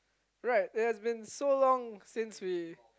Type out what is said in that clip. right it has been so long since we